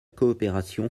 coopération